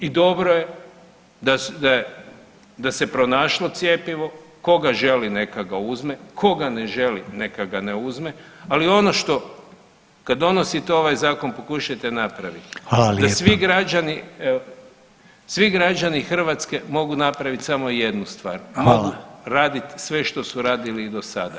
I dobro je da se pronašlo cjepivo, tko ga želi neka ga uzme, tko ga ne želi neka ga ne uzme, ali ono što kad donosite ovaj zakon pokušajte napraviti [[Upadica: Hvala lijepo.]] da svi građani, svi građani Hrvatske mogu napravit samo jednu stvar [[Upadica: Hvala.]] mogu raditi sve što su radili i do sada.